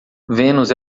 vênus